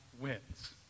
wins